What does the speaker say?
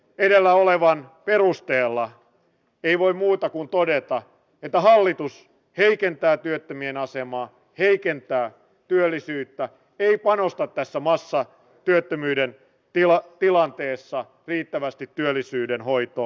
edellä olevan perusteella ei voi muuta kuin todeta että hallitus heikentää työttömien asemaa heikentää työllisyyttä ei panosta tässä massatyöttömyyden tilanteessa riittävästi työllisyyden hoitoon